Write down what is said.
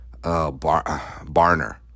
barner